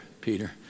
Peter